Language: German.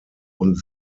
und